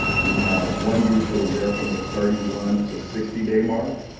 we have one youth that was there from the thirty one to sixty day mark,